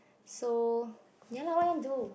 so ya lah what you want do